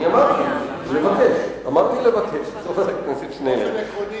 אמרתי לבקש, חבר הכנסת שנלר.